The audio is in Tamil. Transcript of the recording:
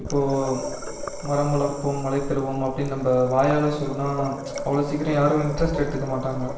இப்போது மரம் வளர்ப்போம் மழை பெறுவோம் அப்படின்னு நம்ம வாயால் சொன்னால் அவ்வளோ சீக்கிரம் யாரும் இன்ட்ரஸ்ட் எடுத்துக்க மாட்டாங்க